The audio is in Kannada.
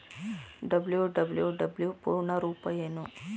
ಡಬ್ಲ್ಯೂ.ಡಬ್ಲ್ಯೂ.ಡಬ್ಲ್ಯೂ ಪೂರ್ಣ ರೂಪ ಏನು?